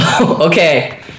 Okay